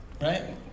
Right